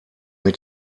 mit